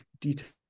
details